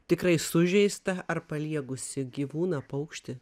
tikrai sužeistą ar paliegusį gyvūną paukštį